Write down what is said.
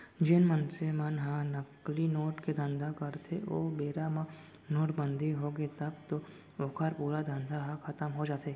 जेन मनसे मन ह नकली नोट के धंधा करथे ओ बेरा म नोटबंदी होगे तब तो ओखर पूरा धंधा ह खतम हो जाथे